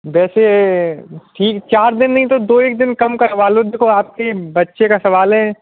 वैसे ठीक चार दिन नहीं तो दो एक दिन कम करवा लो देखो आपके बच्चे का सवाल है